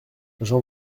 jean